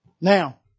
Now